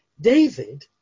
David